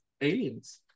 Aliens